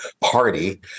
party